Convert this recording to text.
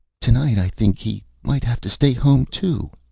tonight i think he might have to stay home too,